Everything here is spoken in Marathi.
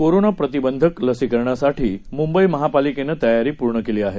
कोरोना प्रतिबंधक लसीकरणासाठी मुंबई महापालिकेनं तयारी पूर्ण केली आहे